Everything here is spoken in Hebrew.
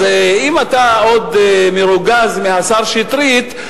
אז אם אתה עדיין מרוגז על השר שטרית,